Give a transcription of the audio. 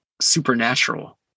supernatural